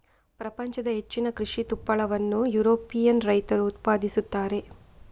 ಪ್ರಪಂಚದ ಹೆಚ್ಚಿನ ಕೃಷಿ ತುಪ್ಪಳವನ್ನು ಯುರೋಪಿಯನ್ ರೈತರು ಉತ್ಪಾದಿಸುತ್ತಾರೆ